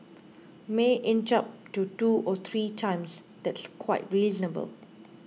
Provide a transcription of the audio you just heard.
may inch up to two or three times that's quite reasonable